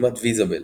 דוגמת ויזאבל